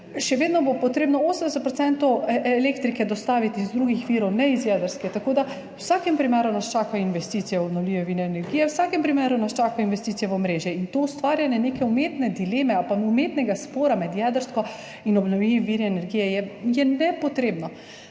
še vedno bo treba 80 % elektrike dostaviti iz drugih virov, ne iz jedrske, tako da nas v vsakem primeru čaka investicije v obnovljive vire energije, v vsakem primeru nas čaka investicije v omrežje. To ustvarjanje neke umetne dileme ali pa umetnega spora med jedrsko in obnovljivimi viri energije je nepotrebno.